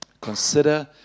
Consider